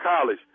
college